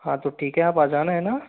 हाँ तो ठीक है आप आ जाना है ना